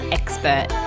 expert